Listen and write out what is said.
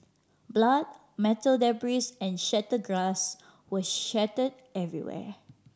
blood metal debris and shatter glass were shatter every where